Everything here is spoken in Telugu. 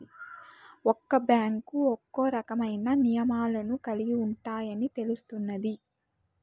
ఒక్క బ్యాంకు ఒక్కో రకమైన నియమాలను కలిగి ఉంటాయని తెలుస్తున్నాది